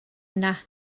yna